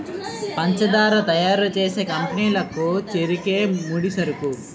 పంచదార తయారు చేసే కంపెనీ లకు చెరుకే ముడిసరుకు